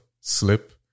slip